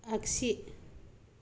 आगसि